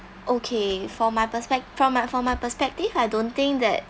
okay for my perspec~ from my from my perspective I don't think that